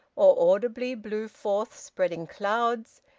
or audibly blew forth spreading clouds,